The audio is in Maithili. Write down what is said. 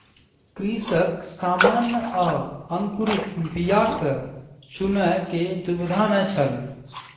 कृषक सामान्य आ अंकुरित बीयाक चूनअ के दुविधा में छल